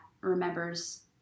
remembers